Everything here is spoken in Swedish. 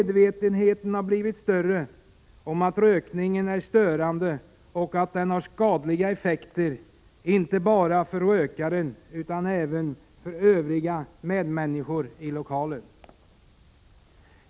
Det har blivit en större medvetenhet om att rökningen är störande och har skadliga effekter inte bara för rökaren utan även för medmänniskorna i lokalen.